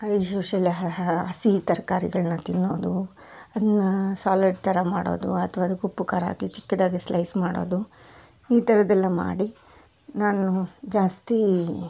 as usual ಹಸಿ ತರಕಾರಿಗಳ್ನ ತಿನ್ನೋದು ಅದನ್ನ ಸಾಲಡ್ ಥರ ಮಾಡೋದು ಅಥವಾ ಅದಕ್ಕೆ ಉಪ್ಪು ಖಾರ ಹಾಕಿ ಚಿಕ್ಕದಾಗಿ ಸ್ಲೈಸ್ ಮಾಡೋದು ಈ ಥರದ್ದೆಲ್ಲ ಮಾಡಿ ನಾನು ಜಾಸ್ತಿ